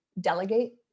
delegate